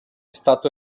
stato